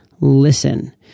Listen